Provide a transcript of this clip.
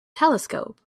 telescope